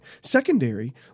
Secondary